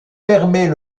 permet